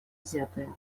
взятые